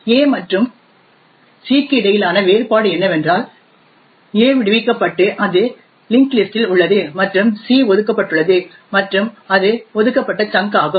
a மற்றும் c க்கு இடையிலான வேறுபாடு என்னவென்றால் a விடுவிக்கப்பட்டு அது லிஙஂகஂடஂ லிஸஂடஂ இல் உள்ளது மற்றும் c ஒதுக்கப்பட்டுள்ளது மற்றும் அது ஒதுக்கப்பட்ட சங்க் ஆகும்